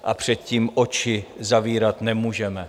A před tím oči zavírat nemůžeme.